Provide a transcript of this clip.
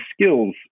skills